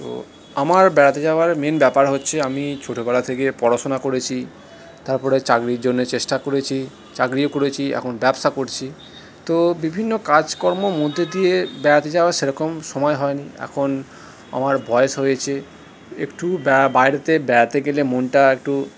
তো আমার বেড়াতে যাওয়ার মেইন ব্যপার হচ্ছে আমি ছোটবেলা থেকে পড়াশোনা করেছি তারপরে চাকরির জন্যে চেষ্টা করেছি চাকরিও করেছি এখন ব্যাবসা করছি তো বিভিন্ন কাজকর্ম মধ্যে দিয়ে বেড়াতে যাওয়ার সেরকম সময় হয় নি এখন আমার বয়স হয়েছে একটু বেড়া বাইরেতে বেড়াতে গেলে মনটা একটু